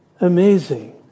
Amazing